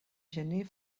gener